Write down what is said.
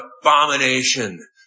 abomination